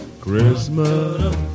Christmas